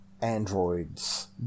androids